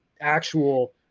actual